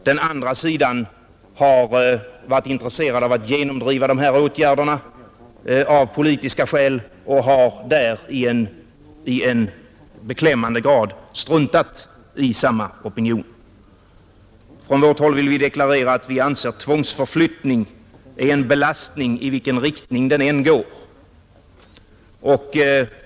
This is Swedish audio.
Den andra sidan har varit intresserad av att genomdriva de här åtgärderna av politiska skäl och har där i en beklämmande grad struntat i samma opinion. Från vårt håll vill vi deklarera att vi anser att tvångsförflyttning är en belastning i vilken riktning den än går.